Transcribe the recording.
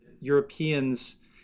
Europeans